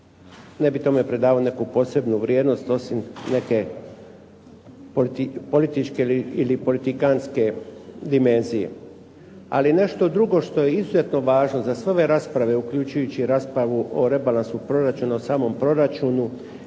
ne bi tome pridavao neku posebnu vrijednost osim neke političke ili politikantske dimenzije. Ali nešto drugo što je izuzetno važno za sve ove rasprave, uključujući raspravu o rebalansu proračuna, o samom proračunu